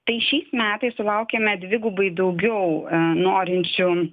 tai šiais metais sulaukėme dvigubai daugiau norinčių